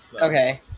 Okay